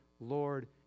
Lord